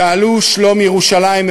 "שאלו שלום ירושלים",